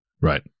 right